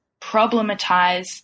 problematize